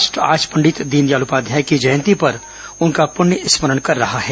राष्ट्र आज पंडित दीनदयाल उपाध्याय की जयंती पर उनका पृण्य स्मरण कर रहा है